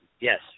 Yes